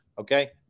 Okay